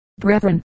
brethren